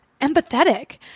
empathetic